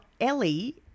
Ellie